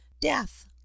death